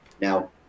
now